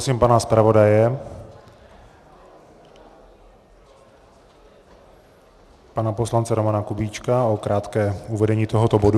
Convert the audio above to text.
Poprosím pana zpravodaje, pana poslance Romana Kubíčka, o krátké uvedení tohoto bodu.